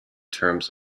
terms